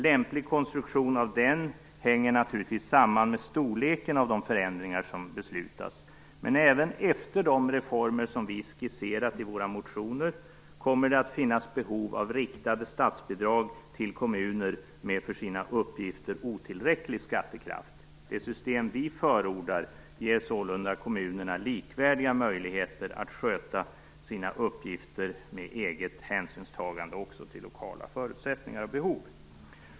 Lämplig konstruktion av den hänger naturligtvis samman med storleken av de förändringar som beslutas. Men även efter de reformer som vi skisserat i våra motioner kommer det att finnas behov av riktade statsbidrag till kommuner med för sina uppgifter otillräcklig skattekraft. Det system vi förordar ger sålunda kommunerna likvärdiga möjligheter att sköta sina uppgifter med eget hänsynstagande också till lokala förutsättningar och behov.